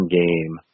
game